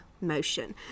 motion